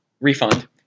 refund